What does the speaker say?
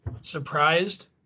surprised